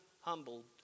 humbled